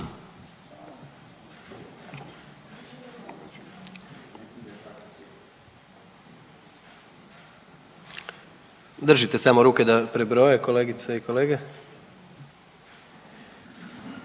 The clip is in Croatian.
Držite samo ruke da prebroje kolegice i kolege.